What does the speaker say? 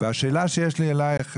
השאלה שיש לי אלייך,